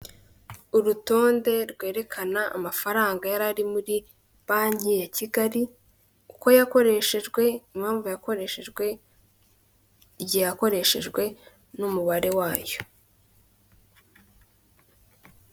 Ni imodoka ndende itwara abagenzi muri rusange iri gutambuka m'umuhanda, ifite ibara ry'ubururu hasi rikurikirana n'iry'umweru agahondo gake ndetse n'ibirahuri by'umukara iruhande rw'umuhanda hari gutambuka umuntu.